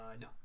no